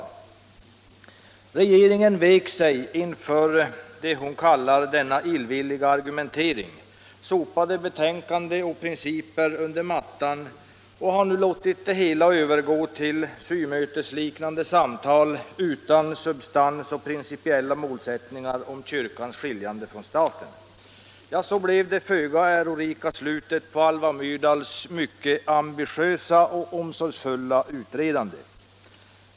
Regeringen vek sig inför det hon kallade denna illvilliga argumentering, sopade betänkandet och principerna under mattan och har nu låtit det hela övergå till symötesliknande samtal utan substans och principiella målsättningar om kyrkans skiljande från staten. Det blev det föga ärorika slutet på Alva Myrdals mycket ambitiösa och omsorgsfulla utredande.